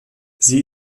sie